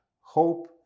Hope